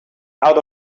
out